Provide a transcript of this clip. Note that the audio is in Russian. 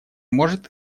может